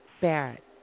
Barrett